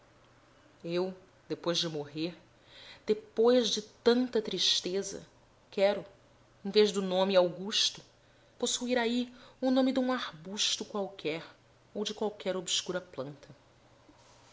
eu depois de morrer depois de tanta tristeza quero em vez do nome augusto possuir aí o nome dum arbusto qualquer ou de qualquer obscura planta